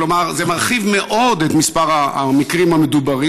כלומר, זה מרחיב מאוד את מספר המקרים המדוברים.